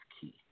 key